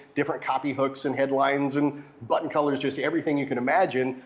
different copy hooks, and headlines, and button colors, just everything you can imagine,